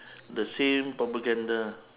the same propaganda